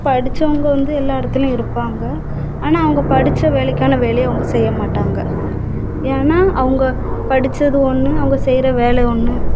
படித்தவுங்க வந்து எல்லா இடத்திலேயும் இருப்பாங்க ஆனால் அவங்க படித்த வேலைக்கான வேலையை அவங்க செய்ய மாட்டாங்க ஏன்னால் அவங்க படித்தது ஒன்று அவங்க செய்கிற வேலை ஒன்று